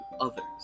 others